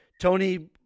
Tony